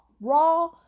raw